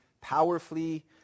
powerfully